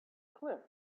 cliff